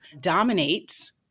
dominates